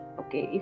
okay